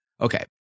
okay